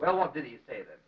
well what did he say that